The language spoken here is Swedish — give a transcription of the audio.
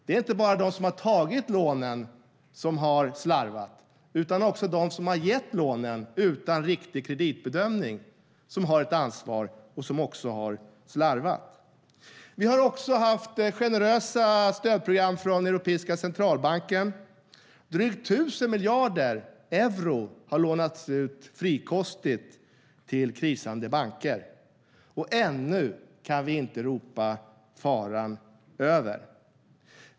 Det är inte bara de som har tagit lånen som har slarvat. Också de som har gett lånen utan riktig kreditbedömning har slarvat med sitt ansvar. Vi har haft generösa stödprogram från Europeiska centralbanken. Drygt 1 000 miljarder euro har frikostigt lånats ut till krisande banker. Men ännu kan vi inte ropa faran över.